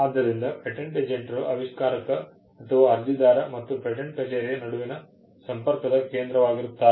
ಆದ್ದರಿಂದ ಪೇಟೆಂಟ್ ಏಜೆಂಟರು ಆವಿಷ್ಕಾರಕ ಅಥವಾ ಅರ್ಜಿದಾರ ಮತ್ತು ಪೇಟೆಂಟ್ ಕಚೇರಿಯ ನಡುವಿನ ಸಂಪರ್ಕದ ಕೇಂದ್ರವಾಗಿರುತ್ತಾರೆ